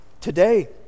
today